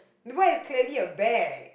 the one is clearly a bag